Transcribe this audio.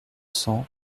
cents